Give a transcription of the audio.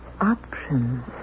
options